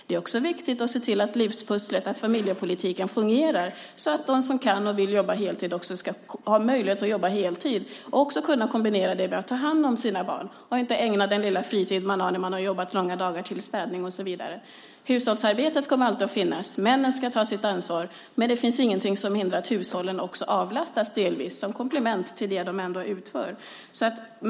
Det är också viktigt att se till att livspusslet och familjepolitiken fungerar så att de som kan och vill jobba heltid ska ha möjlighet att jobba heltid och också kunna kombinera det med att ta hand om sina barn och inte ägna den lilla fritid de har när de har jobbat långa dagar till städning och så vidare. Hushållsarbetet kommer alltid att finnas. Männen ska ta sitt ansvar, men det finns ingenting som hindrar att hushållen också avlastas delvis som komplement till det de ändå utför.